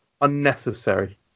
unnecessary